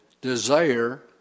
desire